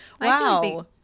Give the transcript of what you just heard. wow